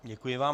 Děkuji vám.